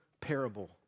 parable